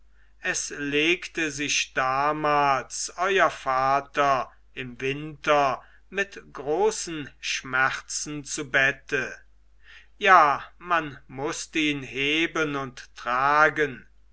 es legte sich damals euer vater im winter mit großen schmerzen zu bette ja man mußt ihn heben und tragen